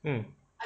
mm